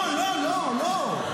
לא לא לא.